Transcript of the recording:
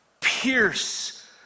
Pierce